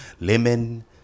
Lemon